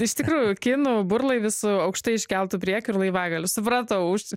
iš tikrųjų kinų burlaivis su aukštai iškeltu priekiu ir laivagaliu supratau